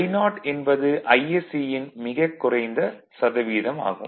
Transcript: I0 என்பது Isc ன் மிக குறைந்த சதவீதம் ஆகும்